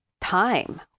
time